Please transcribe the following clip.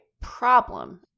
problem